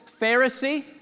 Pharisee